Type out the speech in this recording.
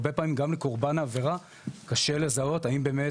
הרבה פעמים גם לקורבן העבירה קשה לזהות האם באמת